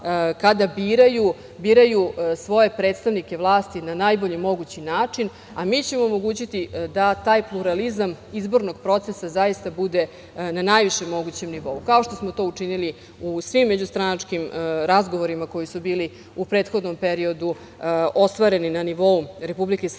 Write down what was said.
biraju biraju svoje predstavnike vlasti na najbolji mogući način, a mi ćemo omogućiti da taj pluralizam izbornog procesa zaista bude na najvišem mogućem nivou. Kao što smo to učinili u svim međustranačkim razgovorima koji su bili u prethodnom periodu ostvareni na nivou Republike Srbije